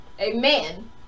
Amen